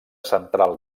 central